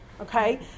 okay